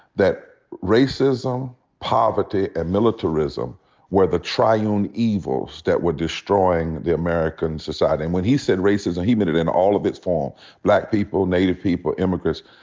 that racism, poverty, and militarism were the triune evils that were destroying the america and society. and when he said racism, he meant it in all of its form black people, native people, immigrants.